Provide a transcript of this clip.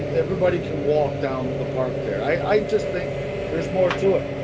everybody can walk down the park there. i just think there's more to it.